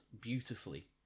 beautifully